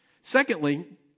Secondly